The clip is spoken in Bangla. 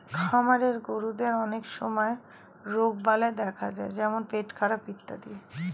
খামারের গরুদের অনেক সময় রোগবালাই দেখা যায় যেমন পেটখারাপ ইত্যাদি